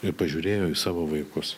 ir pažiūrėjo į savo vaikus